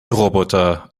roboter